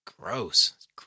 Gross